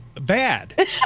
Bad